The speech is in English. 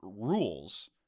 rules